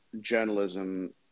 journalism